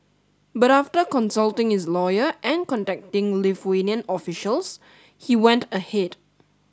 but after consulting his lawyer and contacting Lithuanian officials he went ahead